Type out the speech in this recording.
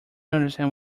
understand